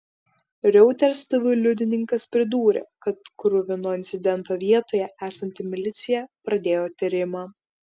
reuters tv liudininkas pridūrė kad kruvino incidento vietoje esanti milicija pradėjo tyrimą